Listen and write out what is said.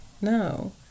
No